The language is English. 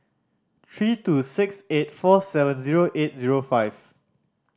three two six eight four seven zero eight zero five